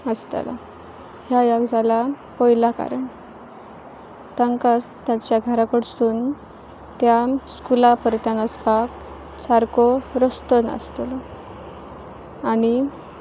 आसतलां ह्या एक जालां पयलां कारण तांकां तांच्या घराकडसून त्या स्कुला परत्यान वचपाक सारको रस्तो नासतलो आनी